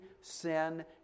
sin